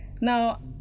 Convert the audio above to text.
Now